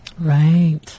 Right